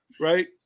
right